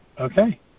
Okay